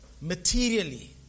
materially